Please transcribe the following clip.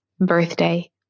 birthday